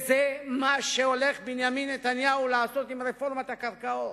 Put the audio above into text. זה מה שהולך בנימין נתניהו לעשות עם רפורמת הקרקעות.